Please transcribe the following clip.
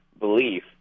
belief